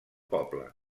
poble